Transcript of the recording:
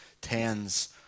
tens